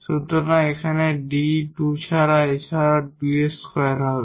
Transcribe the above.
সুতরাং এখানে 𝐷 2 এছাড়াও 2 এর স্কোয়ার হবে